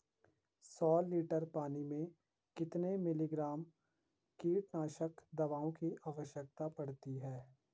सौ लीटर पानी में कितने मिलीग्राम कीटनाशक दवाओं की आवश्यकता पड़ती है?